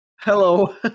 Hello